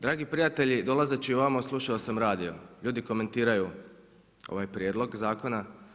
Dragi prijatelji, dolazeći ovamo, slušao sam radio, ljudi komentiraju ovaj prijedlog zakona.